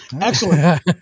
Excellent